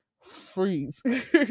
freeze